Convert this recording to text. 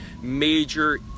major